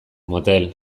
motel